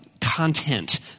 content